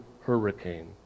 hurricane